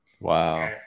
Wow